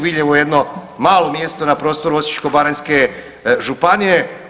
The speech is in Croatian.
Viljevo je jedno malo mjesto na prostoru Osječko-baranjske županije.